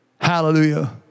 Hallelujah